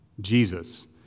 Jesus